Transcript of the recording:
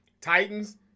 Titans